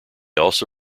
also